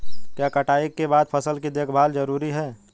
क्या कटाई के बाद फसल की देखभाल जरूरी है?